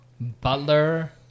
Butler